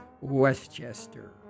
Westchester